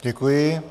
Děkuji.